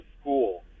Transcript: school